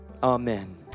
Amen